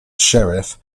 sheriff